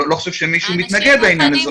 לא חושב שמישהו מתנגד לעניין הזה,